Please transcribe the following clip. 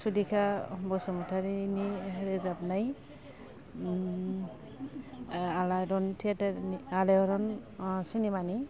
सुलेखा बसुमतारीनि रोजाबनाय आलायआरन टियेटारनि आलायआरन सिनेमानि